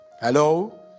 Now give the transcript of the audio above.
Hello